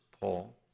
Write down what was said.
Paul